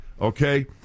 Okay